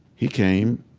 he came,